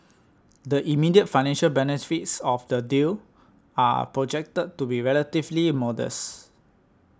the immediate financial benefits of the deal are projected to be relatively modest